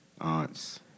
aunts